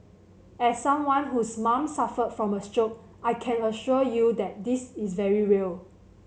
as someone whose mom suffered from a stroke I can assure you that this is very real